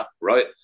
right